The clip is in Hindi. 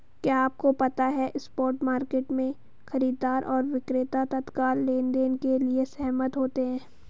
क्या आपको पता है स्पॉट मार्केट में, खरीदार और विक्रेता तत्काल लेनदेन के लिए सहमत होते हैं?